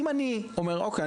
אם אני אומר אוקיי,